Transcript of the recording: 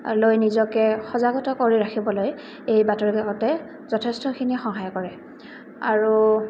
লৈ নিজকে সজাগত কৰি ৰাখিবলৈ এই বাতৰি কাকতে যথেষ্টখিনি সহায় কৰে আৰু